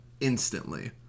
instantly